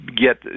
get